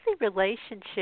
relationship